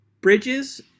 bridges